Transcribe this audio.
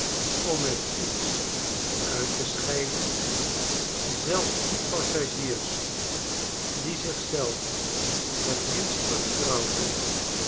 om met iets uit te scheiden zelfs die passagiers die zich-zelf het minst vertrouwden